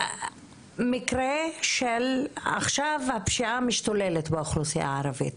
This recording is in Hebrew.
מקרה של הפשיעה המשתוללת עכשיו באוכלוסייה הערבית,